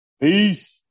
Peace